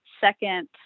second